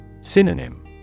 Synonym